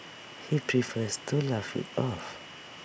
he prefers to laugh IT off